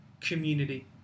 community